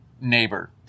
neighbor